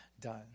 done